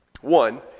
One